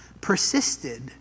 persisted